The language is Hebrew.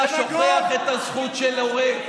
למה לא הצגת את חברי הכנסת מיהדות התורה?